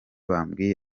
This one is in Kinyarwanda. bambwiye